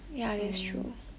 so